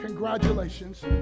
Congratulations